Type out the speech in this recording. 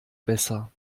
besser